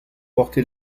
porté